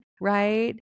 Right